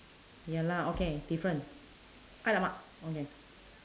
ya lah okay different !alamak! okay